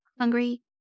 hungry